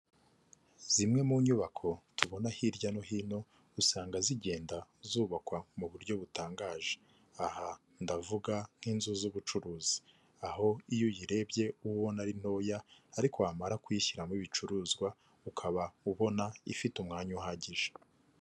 Zimwe mu nyubako tubona hirya no hino usanga zigenda zubakwa mu buryo butangaje. Aha ndavuga nk'inzu z'ubucuruzi, aho iyo uyirebye uba ubona ari ntoya ariko wamara kuyishyiramo ibicuruzwa ukaba ubona ifite umwanya uhagije.